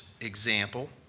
example